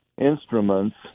instruments